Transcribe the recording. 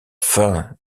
fin